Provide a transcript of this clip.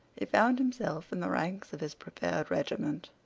he found himself in the ranks of his prepared regiment.